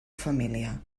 família